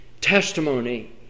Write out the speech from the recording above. testimony